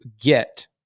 get